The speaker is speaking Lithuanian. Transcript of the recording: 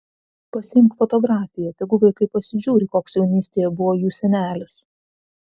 pasiimk fotografiją tegu vaikai pasižiūri koks jaunystėje buvo jų senelis